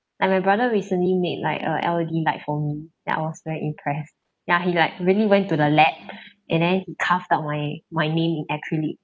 like my brother recently made like a L_E_D light for me like I was very impressed ya he like really went to the lab and then he carved out my my name in acrylic